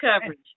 coverage